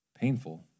painful